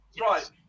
right